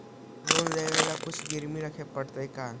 Loan लेबे ल कुछ गिरबी भी रखे पड़तै का?